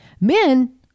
men